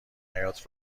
حیاط